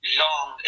long